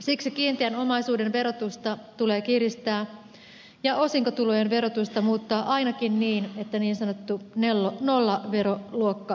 siksi kiinteän omaisuuden verotusta tulee kiristää ja osinkotulojen verotusta muuttaa ainakin niin että niin sanottu nollaveroluokka poistuisi